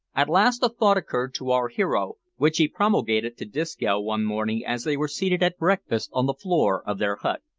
at last a thought occurred to our hero, which he promulgated to disco one morning as they were seated at breakfast on the floor of their hut.